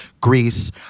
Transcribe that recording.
greece